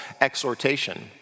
exhortation